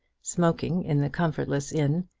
smoking in the comfortless inn,